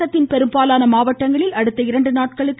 தமிழகத்தின் பெரும்பாலான மாவட்டங்களில் அடுத்த இரண்டு நாட்களுக்கு